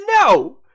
no